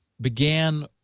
began